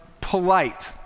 polite